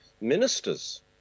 ministers